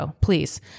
please